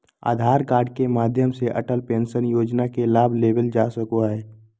आधार card के माध्यम से अटल पेंशन योजना के लाभ लेवल जा सको हय